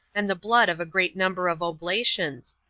and the blood of a great number of oblations,